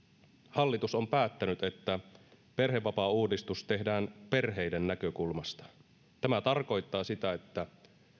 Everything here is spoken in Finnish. hallitus on päättänyt että perhevapaauudistus tehdään perheiden näkökulmasta tämä tarkoittaa sitä että